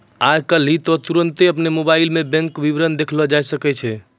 आइ काल्हि त तुरन्ते अपनो मोबाइलो मे बैंक विबरण देखलो जाय सकै छै